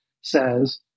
says